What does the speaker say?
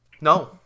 No